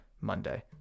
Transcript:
monday